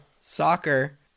soccer